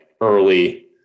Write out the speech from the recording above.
early